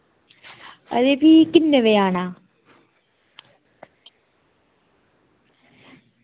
ते भी किन्ने बजे आना